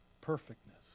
perfectness